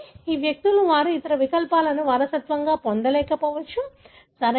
ఈ వ్యక్తులు వారు ఇతర యుగ్మ వికల్పాలను వారసత్వంగా పొందకపోవచ్చు సరియైనదా